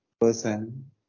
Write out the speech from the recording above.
person